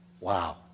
Wow